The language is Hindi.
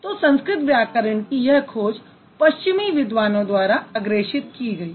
तो संस्कृत व्याकरण की यह खोज पश्चिमी विद्वानों द्वारा अग्रेषित की गयी